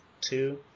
two